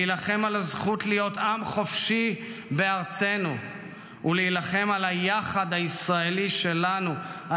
להילחם על הזכות להיות עם חופשי בארצנו ולהילחם על היחד הישראלי שלנו,